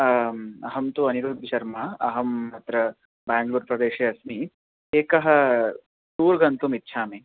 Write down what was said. अहं तु अनिरोपिशर्मा अहम् अत्र बेङ्ग्लूर् प्रदेशे अस्मि एकः टूर् गन्तुम् इच्छामि